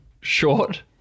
short